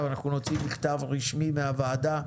אבל אנחנו נוציא מכתב רשמי מהוועדה.